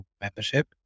membership